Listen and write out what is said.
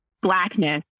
blackness